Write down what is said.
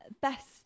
best